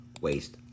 waste